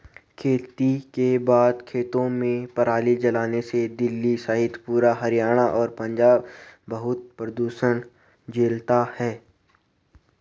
खेती के बाद खेतों में पराली जलाने से दिल्ली सहित पूरा हरियाणा और पंजाब बहुत प्रदूषण झेलता है